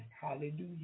Hallelujah